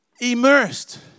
Immersed